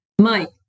Mike